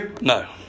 No